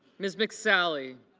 ms. nick sally